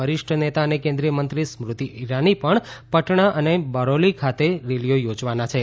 વરિષ્ઠ નેતા અને કેન્દ્રિય મંત્રી સ્મૃતિ ઇરાની પણ પટણા અને બરૌલી ખાતે રેલીઓ યોજવાના છે